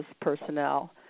personnel